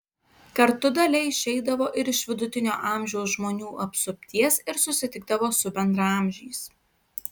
kartu dalia išeidavo ir iš vidutinio amžiaus žmonių apsupties ir susitikdavo su bendraamžiais